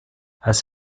als